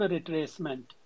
Retracement